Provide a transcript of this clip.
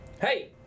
Hey